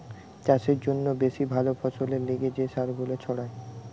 চাষের জন্যে বেশি ভালো ফসলের লিগে যে সার গুলা ছড়ায়